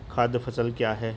खाद्य फसल क्या है?